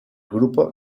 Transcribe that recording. grupo